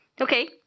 Okay